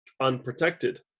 unprotected